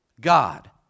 God